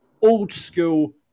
old-school